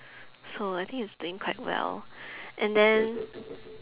so I think he's doing quite well and then